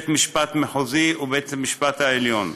בית משפט מחוזי ובית המשפט העליון.